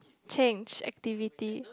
change activity